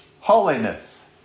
holiness